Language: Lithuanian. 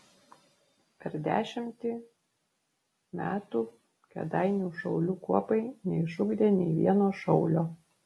per dešimtį metų kėdainių šaulių kuopai neišugdė nei vieno šaulio